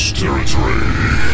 territory